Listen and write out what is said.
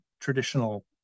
traditional